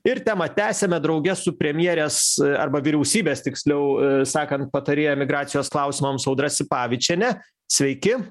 ir temą tęsiame drauge su premjerės arba vyriausybės tiksliau sakan patarėja migracijos klausimams audra sipavičiene sveiki